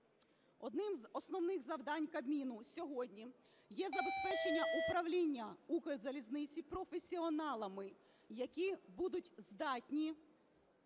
Одним з основних завдань Кабміну сьогодні є забезпечення управління Укрзалізницею професіоналами, які будуть здатні